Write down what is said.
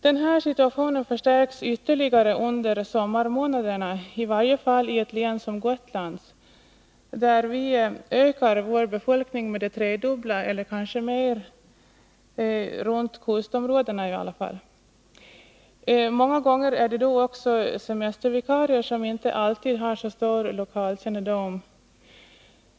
Den här situationen förstärks ytterligare under sommarmånaderna, i varje falli ett län som Gotland där befolkningen tredubblas eller kanske ökar ännu meri kustområdena. Många gånger är det då också semestervikarier som inte alltid har så stor lokalkännedom.